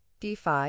DeFi